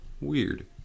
weird